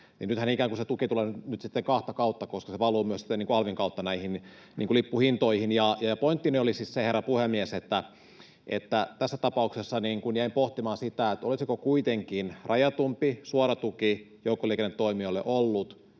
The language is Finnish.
käynnissä, se tuki tulee sitten ikään kuin kahta kautta, koska se valuu myös sitten alvin kautta näihin lippuhintoihin. Pointtini oli siis se, herra puhemies, että tässä tapauksessa jäin pohtimaan, olisiko kuitenkin rajatumpi, suora tuki joukkoliikennetoimijoille ollut